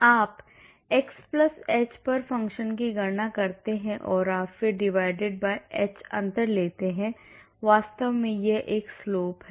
आप x h पर function की गणना करते हैं और फिर आप divided by h अंतर लेते हैं वास्तव में यह एक slope है